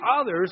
others